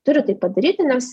turiu tai padaryti nes